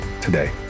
today